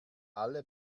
alle